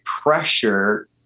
pressure